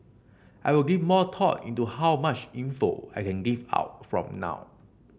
I will give more thought into how much info I will give out from now